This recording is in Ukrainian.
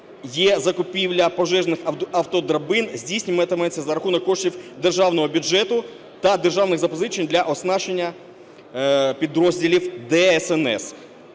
є закупівля пожежних автодрабин, здійснюватиметься за рахунок коштів державного бюджету та державних запозичень для оснащення підрозділів ДСНС.